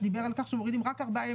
"(2)בסעיף קטן (ב),